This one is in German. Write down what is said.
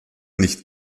nicht